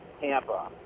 Tampa